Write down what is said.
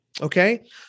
Okay